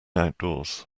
outdoors